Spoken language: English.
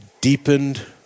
deepened